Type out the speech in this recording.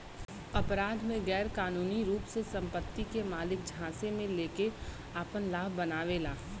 अपराध में गैरकानूनी रूप से संपत्ति के मालिक झांसे में लेके आपन लाभ बनावेला